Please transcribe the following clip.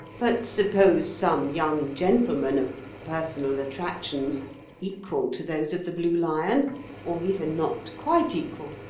but suppose some young gentleman of personal attractions equal to those of the blue lion or even not quite equal,